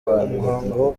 umuhango